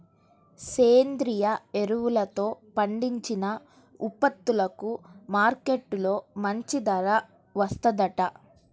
సేంద్రియ ఎరువులతో పండించిన ఉత్పత్తులకు మార్కెట్టులో మంచి ధర వత్తందంట